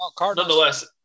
nonetheless